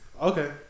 Okay